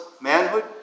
manhood